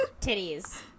Titties